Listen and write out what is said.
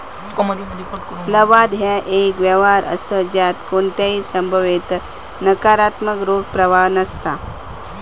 लवाद ह्या एक व्यवहार असा ज्यात कोणताही संभाव्यतेवर नकारात्मक रोख प्रवाह नसता